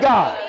God